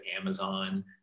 Amazon